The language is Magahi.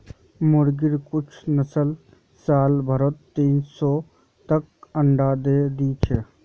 मुर्गिर कुछ नस्ल साल भरत तीन सौ तक अंडा दे दी छे